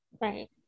Right